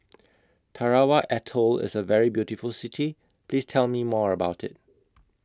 Tarawa Atoll IS A very beautiful City Please Tell Me More about IT